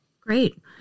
great